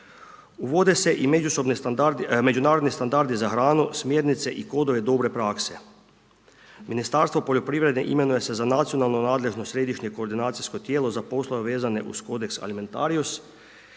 Uvode se i međunarodni standardi za hranu, smjernice i kodove dobre prakse. Ministarstvo poljoprivrede imenuje se za nacionalno nadležno središnje koordinacijsko tijelo za poslove vezane uz .../Govornik